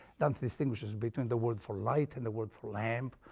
dante distinguishes between the word for light and the word for lamp,